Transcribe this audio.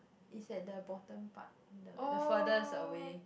is at the bottom part the the furthest away